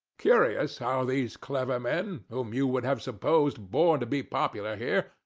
curious how these clever men, whom you would have supposed born to be popular here,